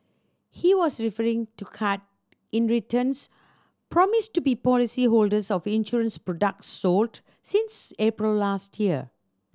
he was referring to cut in returns promised to be policy holders of insurance products sold since April last year